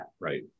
right